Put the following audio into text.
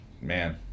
man